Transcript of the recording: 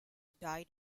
died